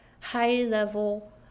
high-level